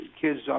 kids